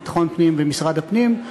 ביטחון פנים ומשרד הפנים,